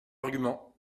argument